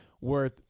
worth